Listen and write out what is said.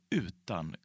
utan